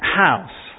house